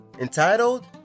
entitled